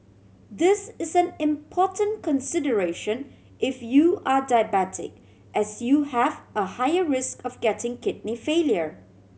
this is an important consideration if you are diabetic as you have a higher risk of getting kidney failure